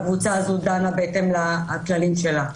והקבוצה הזאת דנה בהתאם לכללים שלה.